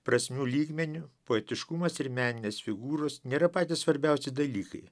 prasmių lygmeniu poetiškumas ir meninės figūros nėra patys svarbiausi dalykai